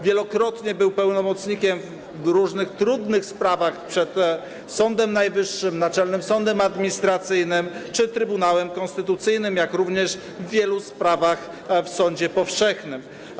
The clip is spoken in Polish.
Wielokrotnie był pełnomocnikiem w różnych trudnych sprawach przed Sądem Najwyższym, Naczelnym Sądem Administracyjnym czy Trybunałem Konstytucyjnym, jak również w wielu sprawach w sądzie powszechnym.